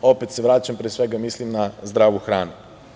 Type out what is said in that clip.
Opet se vraćam, ti pre svega mislim na zdravu hranu.